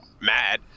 mad